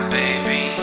baby